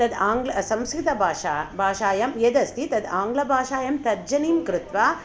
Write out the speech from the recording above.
तद् आङग्ल् संस्कृतभाषा भाषायां यद् अस्ति तद् आङ्ग्लभाषायां तर्जमिं कृत्वा